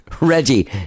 Reggie